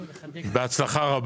אני מאחל לו בהצלחה רבה.